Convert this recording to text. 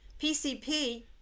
PCP